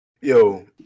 Yo